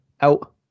out